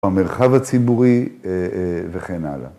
‫במרחב הציבורי וכן הלאה.